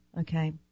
Okay